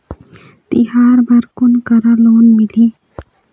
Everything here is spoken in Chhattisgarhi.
तिहार बर कोन करा लोन मिलही?